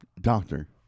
doctor